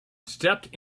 stepped